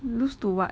lose to what